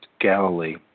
Galilee